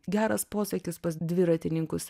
geras posakis pas dviratininkus